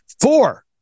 Four